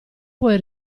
puoi